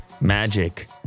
magic